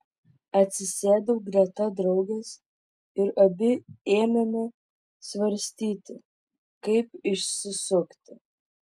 atsisėdau greta draugės ir abi ėmėme svarstyti kaip išsisukti